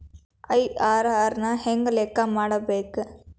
IRR ನ ಹೆಂಗ ಲೆಕ್ಕ ಮಾಡಬೇಕ?